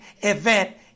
event